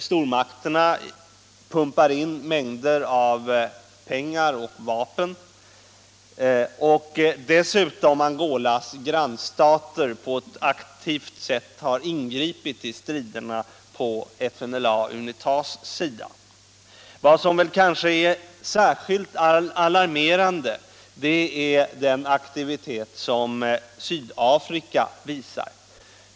Stormakterna pumpar in mängder av pengar och vapen, och dessutom har Angolas grannstater på ett aktivt sätt ingripit i striderna på FNLA/UNITA:s sida. Vad som kanske är särskilt alarmerande är den aktivitet som Sydafrika visar.